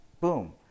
Boom